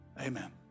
Amen